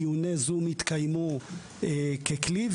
דיוני זום התקיימו ככלי,